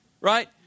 right